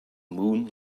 moon